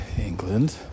England